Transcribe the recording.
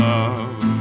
Love